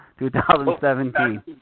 2017